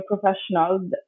professional